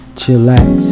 chillax